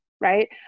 Right